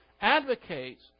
advocates